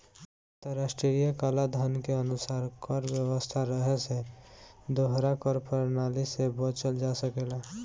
अंतर्राष्ट्रीय कलाधन के अनुसार कर व्यवस्था रहे से दोहरा कर प्रणाली से बचल जा सकेला